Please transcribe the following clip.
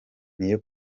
niyo